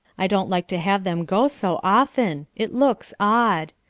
i don't like to have them go so often. it looks odd.